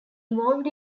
involved